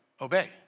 obey